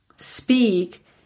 Speak